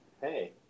hey